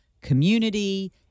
community